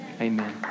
amen